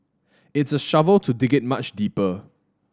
it's a shovel to dig it much deeper